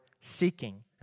seeking